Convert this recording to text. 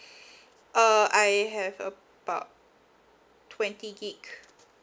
uh I have about twenty gig